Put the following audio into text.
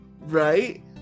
Right